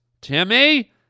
timmy